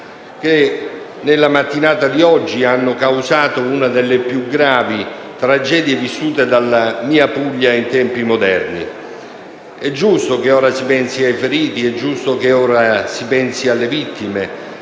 che, nella mattinata di oggi, hanno causato una delle più gravi tragedie vissute dalla mia Puglia in tempi moderni. È giusto che ora si pensi ai feriti, che si pensi alle vittime;